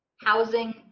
Housing